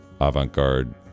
avant-garde